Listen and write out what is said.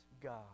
God